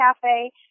Cafe